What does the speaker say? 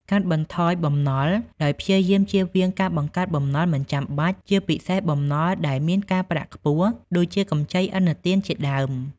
កាត់បន្ថយបំណុល ដោយព្យាយាមជៀសវាងការបង្កើតបំណុលមិនចាំបាច់ ជាពិសេសបំណុលដែលមានការប្រាក់ខ្ពស់ ដូចជាកម្ចីឥណទានជាដើម។